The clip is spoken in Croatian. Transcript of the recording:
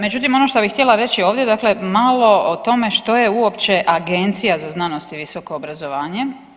Međutim, ono što bih htjela reći ovdje, dakle malo o tome što je uopće Agencija za znanost i visoko obrazovanje.